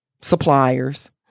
suppliers